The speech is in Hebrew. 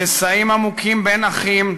שסעים עמוקים בין אחים,